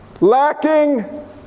Lacking